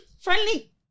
friendly